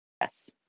yes